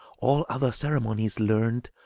all other ceremonies learn'd,